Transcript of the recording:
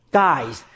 guys